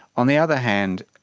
on the other hand,